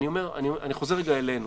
אני חוזר רגע אלינו.